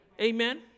amen